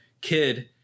kid